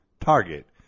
target